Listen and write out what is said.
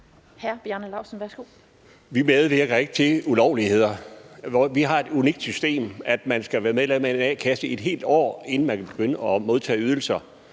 Vi medvirker ikke til ulovligheder. Vi har et unikt system med, at man skal have været medlem af en a-kasse i et helt år, inden man kan begynde at modtage ydelser,